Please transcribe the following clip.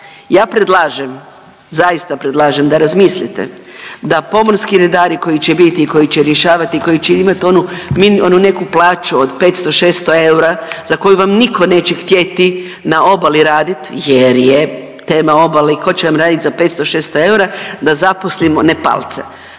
ja predlažem zaista predlažem da razmislite da pomorski redari koji će biti i koji će rješavati i koji će imat onu neku plaću od 500, 600 eura za koju vam niko neće htjeti na obali radit jer je tema obale i ko će vam radit za 500, 600 eura da zaposlimo Nepalce.